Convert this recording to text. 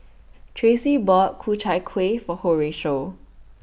Tracey bought Ku Chai Kueh For Horatio